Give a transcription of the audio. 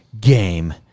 game